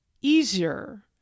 easier